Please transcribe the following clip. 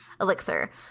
elixir